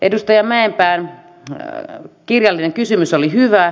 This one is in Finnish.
edustaja mäkipään kirjallinen kysymys oli hyvä